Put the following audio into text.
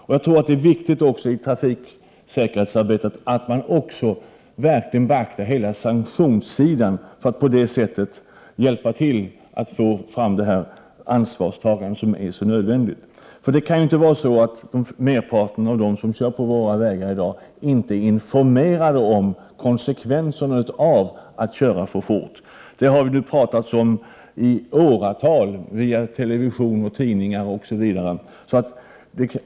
Jag tror också att det är viktigt att man i trafiksäkerhetsarbetet verkligen beaktar hela sanktionssidan för att på så sätt hjälpa till att åstadkomma detta ansvarstagande som är så nödvändigt. Det kan inte vara så att merparten av dem som i dag kör på våra vägar inte är informerade om konsekvenserna av att köra för fort, eftersom det i åratal har talats om dessa konsekvenser via television, tidningar osv.